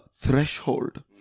threshold